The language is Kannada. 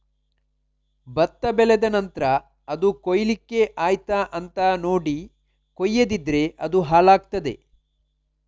ಭತ್ತ ಬೆಳೆದ ನಂತ್ರ ಅದು ಕೊಯ್ಲಿಕ್ಕೆ ಆಯ್ತಾ ಅಂತ ನೋಡಿ ಕೊಯ್ಯದಿದ್ರೆ ಅದು ಹಾಳಾಗ್ತಾದೆ